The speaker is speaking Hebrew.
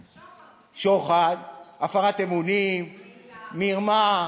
שוחד, הפרת אמונים, מרמה.